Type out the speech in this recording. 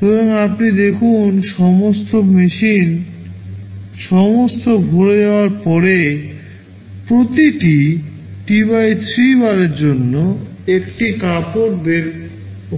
সুতরাং আপনি দেখুন সমস্ত মেশিন সমস্ত ভরে যাওয়ার পরে প্রতিটি T 3 বারের জন্য একটি কাপড় বের